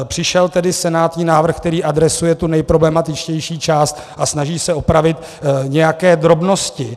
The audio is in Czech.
Přišel tedy senátní návrh, který adresuje tu nejproblematičtější část a snaží se opravit nějaké drobnosti.